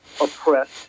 oppressed